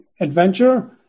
adventure